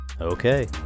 Okay